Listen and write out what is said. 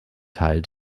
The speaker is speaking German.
teil